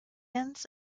ins